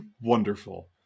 wonderful